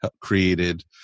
created